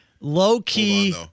low-key